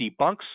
debunks